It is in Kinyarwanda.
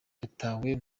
yatawe